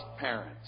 parents